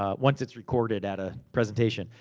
ah once it's recorded at a presentation.